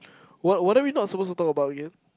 what whatever we not supposed to talk about again